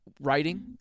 writing